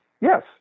yes